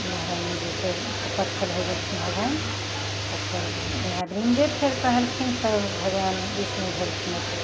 महरानी जीके पत्थर होइ गेलखिन भगवान तऽ फेर इएह ब्रिन्दे फेर कहलखिन तऽ भगवान विष्णु भेलखिन अथी